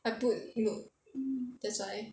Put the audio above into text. I put node that's why